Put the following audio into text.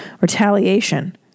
retaliation